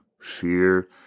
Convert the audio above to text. fear